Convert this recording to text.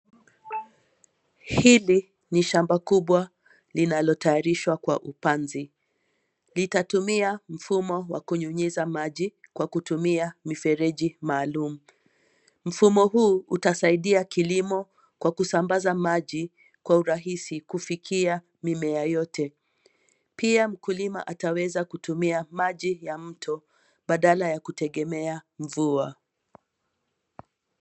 Hili ni shamba kubwa linalo tayarishwa kwa upanzi, litatumia mfumo wa kunyunyiza maji kwa kutumia mifereji maalum. Mfumo huu utasaidia kilimo kwa kusambaza maji kwa urahisi kufikia mimea yote. Pia mkulima ataweza kutumia maji ya mto badala ya kutegemea mvua.